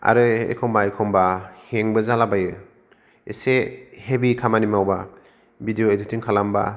आरो एखम्बा एखम्बा हेंगबो जालाबायो इसे हेभि खामानि मावबा भिडिअ इडिटिं खालामबा